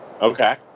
Okay